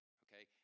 okay